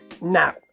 Now